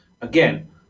again